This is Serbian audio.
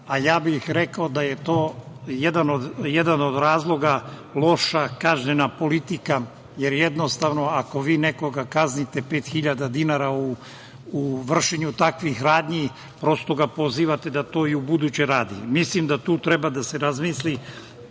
a ja bih rekao da je jedan od razloga loša kaznena politika. Jednostavno, ako vi nekoga kaznite 5.000 dinara u vršenju takvih radnji, prosto ga pozivate da to i ubuduće radi. Mislim da tu treba da se razmisli